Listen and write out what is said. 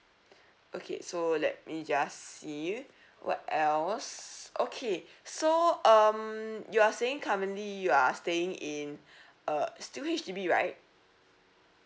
okay so let me just see what else okay so um you are saying currently you are staying in uh still H_D_B right